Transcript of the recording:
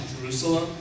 Jerusalem